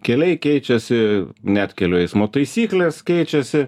keliai keičiasi net kelių eismo taisyklės keičiasi